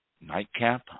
nightcap